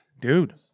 dude